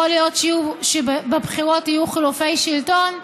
יכול להיות שבבחירות יהיו חילופי שלטון,